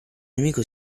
amico